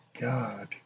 God